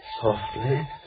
Softly